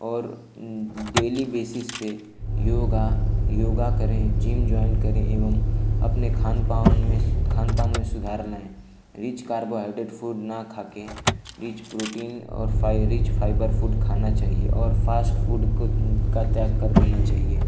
और daily basis पर yoga yoga करें जिम जॉइन करें एवं अपने खानपान में खानपान में सुधार लाएँ रिच कार्बोहाइड्रेट्स फ़ूड न खाकर रिच प्रोटीन और फाइ रिच फ़ाइबर फ़ूड खाना चाहिए और फ़ास्ट फ़ूड को का त्याग कर देना चाहिए